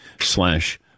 slash